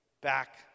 back